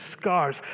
scars